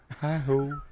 hi-ho